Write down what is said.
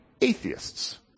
atheists